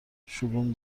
شگون